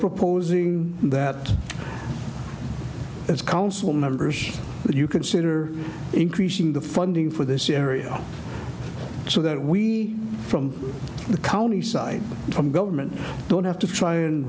proposing that as council members would you consider increasing the funding for this area so that we from the county side from government don't have to try and